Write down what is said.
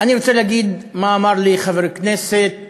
אני רוצה להגיד מה אמר לי חבר כנסת